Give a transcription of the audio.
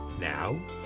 Now